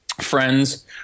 Friends